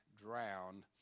drowned